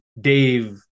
Dave